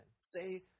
Say